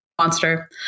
monster